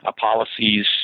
policies